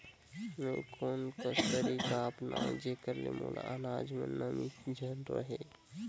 मैं कोन कस तरीका अपनाओं जेकर से मोर अनाज म नमी झन रहे?